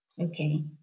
Okay